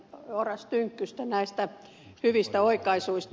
oras tynkkystä näistä hyvistä oikaisuista